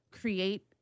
create